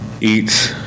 eats